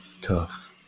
tough